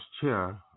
chair